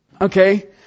Okay